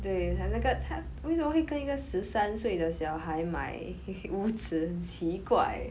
对他那个他为什么会跟一个十三岁的小孩买无耻奇怪